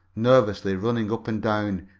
nervously running up and down,